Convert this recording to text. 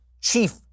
chief